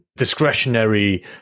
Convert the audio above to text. Discretionary